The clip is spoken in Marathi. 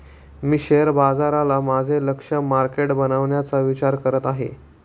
मी शेअर बाजाराला माझे लक्ष्य मार्केट बनवण्याचा विचार करत आहे